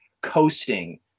coasting